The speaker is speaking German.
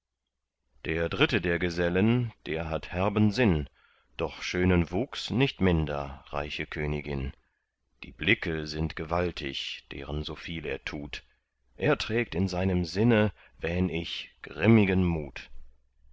der dritte der gesellen der hat herben sinn doch schönen wuchs nicht minder reiche königin die blicke sind gewaltig deren so viel er tut er trägt in seinem sinne wähn ich grimmigen mut